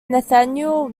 nathanael